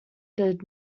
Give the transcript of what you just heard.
did